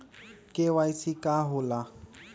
KYC का होला?